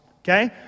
okay